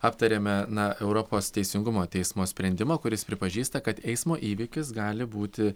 aptarėme na europos teisingumo teismo sprendimą kuris pripažįsta kad eismo įvykis gali būti